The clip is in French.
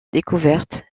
découverte